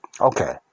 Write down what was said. okay